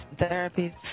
Therapies